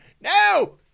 No